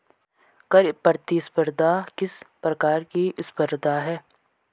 कर प्रतिस्पर्धा किस प्रकार की स्पर्धा है?